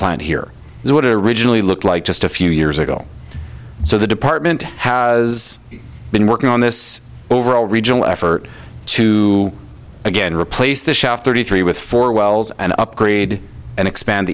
it originally looked like just a few years ago so the department has been working on this overall regional effort to again replace the shaft thirty three with four wells and upgrade and expand